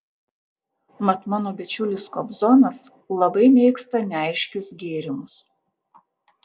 mat mano bičiulis kobzonas labai mėgsta neaiškius gėrimus